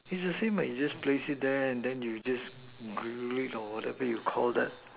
it's the same what you just place it there and then you just grill it or whatever you Call that